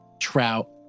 trout